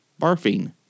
barfing